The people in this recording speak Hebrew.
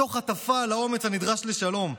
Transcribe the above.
תוך הטפה על האומץ הנדרש לשלום?